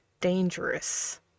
dangerous